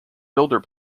builder